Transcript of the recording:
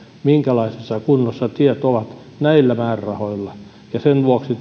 minkälaisessa kunnossa tiet ovat näillä määrärahoilla sen vuoksi